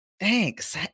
Thanks